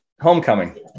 Homecoming